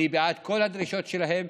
אני בעד כל הדרישות שלהם,